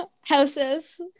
houses